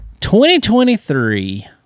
2023